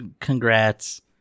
congrats